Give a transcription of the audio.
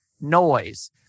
noise